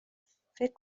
فکر